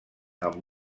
amb